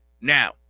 Now